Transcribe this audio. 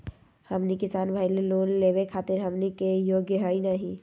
हमनी किसान भईल, लोन लेवे खातीर हमनी के योग्य हई नहीं?